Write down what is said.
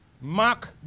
Mark